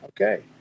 Okay